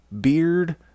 Beard